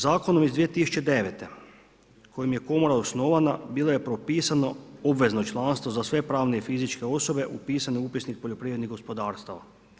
Zakonom iz 2009. kojim je komora osnovana, bilo je propisano obvezno članstvo za sve pravne i fizičke osobe upisane u upisnik poljoprivrednih gospodarstava.